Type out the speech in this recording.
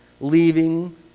leaving